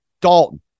Dalton